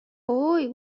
هوی